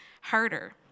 harder